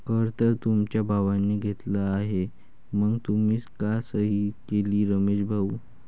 कर तर तुमच्या भावाने घेतला आहे मग तुम्ही का सही केली रमेश भाऊ?